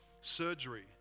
surgery